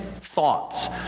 thoughts